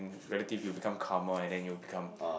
relative you will become calmer and then you will become